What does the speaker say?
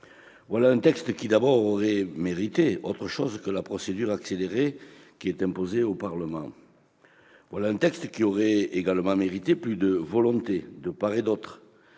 Voilà un texte qui aurait mérité autre chose que la procédure accélérée qui est imposée au Parlement. Voilà un texte qui aurait également mérité plus de volonté- de part et d'autre